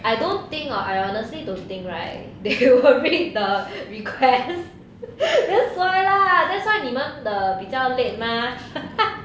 I don't think I honestly don't think right they will read the requests that's why lah that's why 你们的比较 late mah